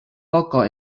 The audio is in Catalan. poca